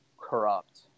corrupt